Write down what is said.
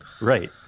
Right